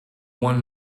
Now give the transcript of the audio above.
one